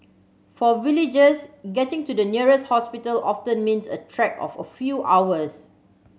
for villagers getting to the nearest hospital often means a trek of a few hours